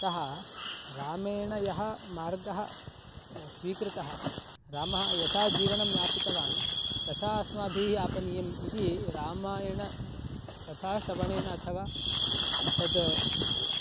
अतः रामेण यः मार्गः स्वीकृतः रामः यथा जीवनं यापितवान् तथा अस्माभिः यापनीयम् इति रामायणकथा श्रवणेन अथवा तद्